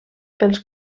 pels